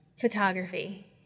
photography